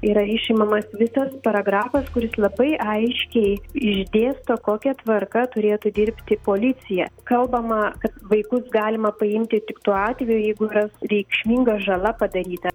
yra išimamas visas paragrafas kuris labai aiškiai išdėsto kokia tvarka turėtų dirbti policija kalbama kad vaikus galima paimti tik tuo atveju jeigu yra reikšminga žala padaryta